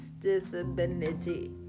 disability